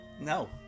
No